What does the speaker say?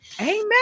Amen